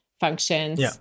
functions